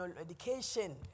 education